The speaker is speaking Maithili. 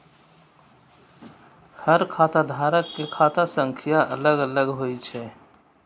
हर खाता धारक के खाता संख्या अलग अलग होइ छै